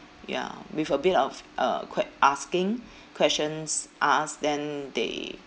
ya with a bit of uh que~ asking questions asked then they